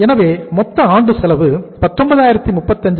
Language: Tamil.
எனவே மொத்த ஆண்டு செலவு 1935000